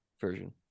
version